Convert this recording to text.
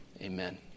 Amen